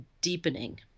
deepening